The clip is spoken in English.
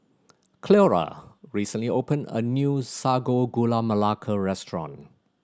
Cleora recently opened a new Sago Gula Melaka restaurant